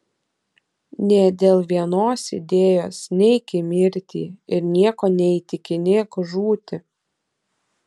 nė dėl vienos idėjos neik į mirtį ir nieko neįtikinėk žūti